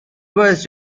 باعث